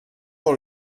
dans